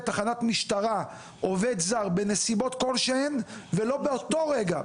תחנת משטרה בנסיבות כלשהן ולא באותו רגע,